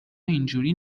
اینجوری